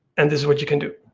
and this is what you can do.